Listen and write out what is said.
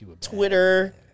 Twitter